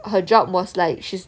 her job was like she's